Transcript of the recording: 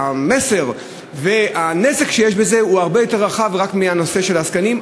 המסר והנזק שיש בזה הוא הרבה יותר רחב מהנושא של הזקנים,